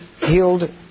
healed